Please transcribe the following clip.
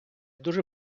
дуже